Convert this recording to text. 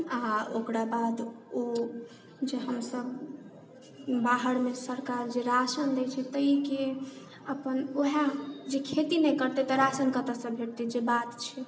आओर ओकरा बाद ओ जे हमसब बाहरमे सरकार जे राशन दै छै ताहिके अपन वएह जे खेती नहि करतै तऽ राशन कतऽसँ भेटतै तऽ जे बात छै